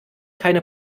keine